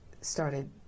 started